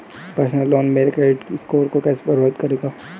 Personal loan मेरे credit score को कैसे प्रभावित करेगा?